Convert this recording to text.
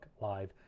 live